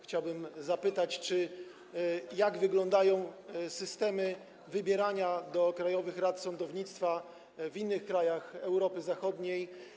Chciałbym zapytać, jak wyglądają systemy wybierania do krajowych rad sądownictwa w innych krajach Europy Zachodniej.